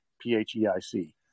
P-H-E-I-C